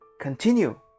continue